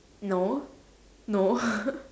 no no